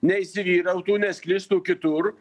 neįsivyrautų nesklistų kitur